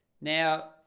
now